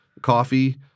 Coffee